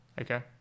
Okay